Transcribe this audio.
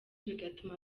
bigatuma